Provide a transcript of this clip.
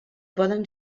poden